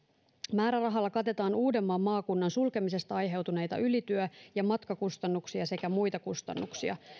määrärahalla katetaan uudenmaan maakunnan sulkemisesta aiheutuneita ylityö ja matkakustannuksia sekä muita kustannuksia